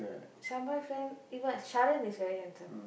Shaan boy friend இவன்:ivan Sharan is very handsome